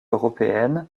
européenne